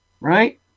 Right